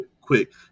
quick